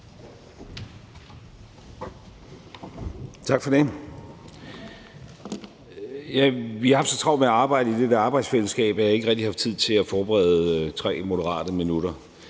Tak for det. Vi har haft så travlt med at arbejde i det der arbejdsfællesskab, at jeg ikke rigtig har haft tid til at forberede 3 moderate minutter.